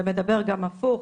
זה מדבר גם הפוך,